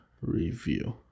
review